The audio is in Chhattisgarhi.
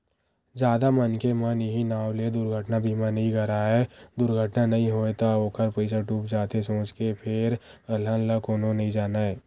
जादा मनखे मन इहीं नांव ले दुरघटना बीमा नइ कराय दुरघटना नइ होय त ओखर पइसा डूब जाथे सोच के फेर अलहन ल कोनो नइ जानय